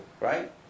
right